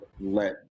let